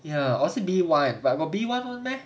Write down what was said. ya also B one but got B one [one] meh